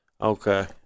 Okay